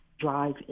drive